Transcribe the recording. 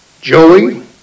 Joey